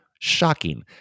Shocking